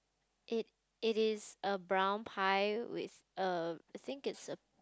it it is a brown pie with err I think it's a